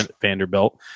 Vanderbilt